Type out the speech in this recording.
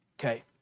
Okay